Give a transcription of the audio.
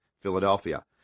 Philadelphia